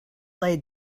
laid